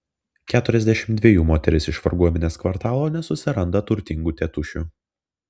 keturiasdešimt dvejų moteris iš varguomenės kvartalo nesusiranda turtingų tėtušių